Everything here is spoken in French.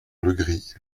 legris